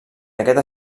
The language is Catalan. aquest